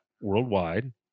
worldwide